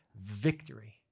victory